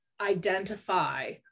identify